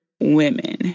women